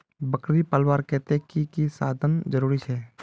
बकरी पलवार केते की की साधन जरूरी छे?